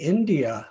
India